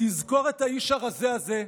תזכור את האיש הרזה הזה.